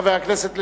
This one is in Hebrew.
חבר הכנסת לשעבר,